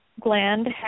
gland